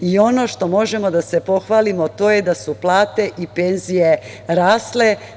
I ono što možemo da se pohvalimo, to je da su plate i penzije rasle.